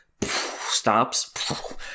stops